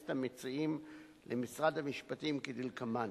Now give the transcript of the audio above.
הכנסת המציעים למשרד המשפטים כדלקמן: